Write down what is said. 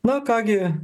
na ką gi